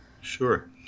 Sure